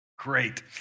Great